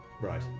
Right